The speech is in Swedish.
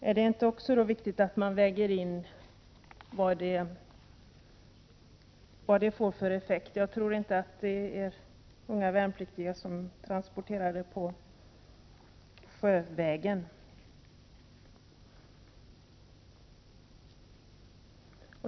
Är det inte viktigt att man väger in också vad det får för effekt? Jag tror inte att det är unga värnpliktiga som ombesörjer transporten sjövägen.